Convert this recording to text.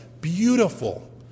beautiful